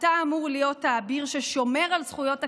אתה אמור להיות האביר ששומר על זכויות הקהילה.